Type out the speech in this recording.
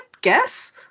guess